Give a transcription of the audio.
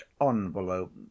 envelope